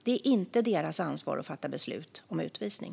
Det är inte deras ansvar att fatta beslut om utvisning.